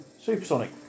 Supersonic